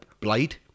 Blade